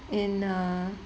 in err